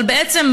אבל בעצם,